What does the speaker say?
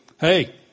hey